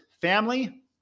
family